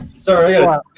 Sorry